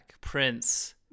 prince